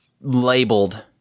labeled